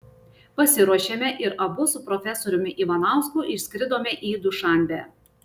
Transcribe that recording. pasiruošėme ir abu su profesoriumi ivanausku išskridome į dušanbę